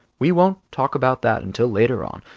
we won't talk about that until later on.